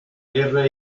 guerra